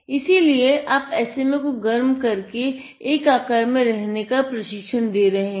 इसीलिए आप SMA को गर्म करके एक आकार में रहने का प्रशिक्षण दे रहे हैं